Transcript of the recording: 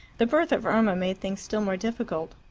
the birth of irma made things still more difficult.